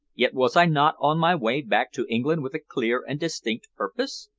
yet was i not on my way back to england with a clear and distinct purpose?